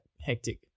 hectic